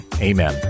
Amen